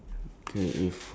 ya that's part of